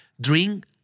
Drink